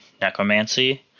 necromancy